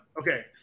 Okay